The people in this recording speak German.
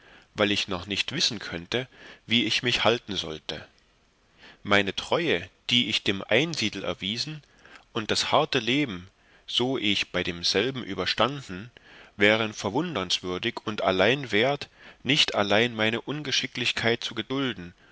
weil ich noch nicht wissen könnte wie ich mich halten sollte meine treue die ich dem einsiedel erwiesen und das harte leben so ich bei demselben überstanden wären verwundernswürdig und allein wert nicht allein meine ungeschicklichkeit zu gedulden